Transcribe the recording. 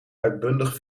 uitbundig